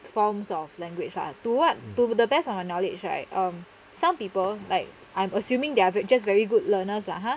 forms of language ah to what to the best of my knowledge right um some people like I'm assuming they are just very good learners lah !huh!